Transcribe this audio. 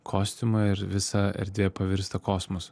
kostiumą ir visa erdvė pavirsta kosmosu